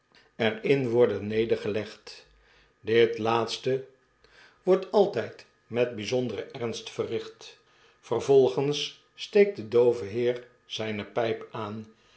in worden nedergelegd dit laatste wordt altijd met bponderen ernst verricht vervolgens steekt de doove heer zijne pyp aan